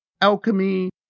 alchemy